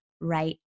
right